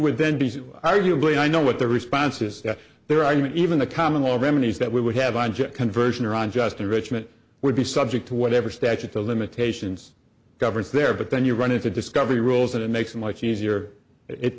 would then be arguably i know what the responses there i mean even the common law remedies that we would have on jet conversion or on just enrichment would be subject to whatever statute of limitations governs there but then you run into discovery rules and it makes it much easier it